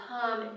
come